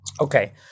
Okay